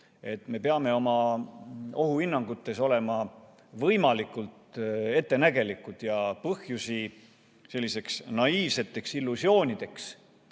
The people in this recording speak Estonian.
me peame oma ohuhinnangutes olema võimalikult ettenägelikud ja põhjusi sellisteks naiivseteks illusioonideks,